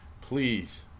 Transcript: Please